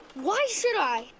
why should i?